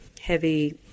heavy